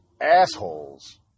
assholes